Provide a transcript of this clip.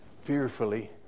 fearfully